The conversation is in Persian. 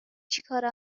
چیکاره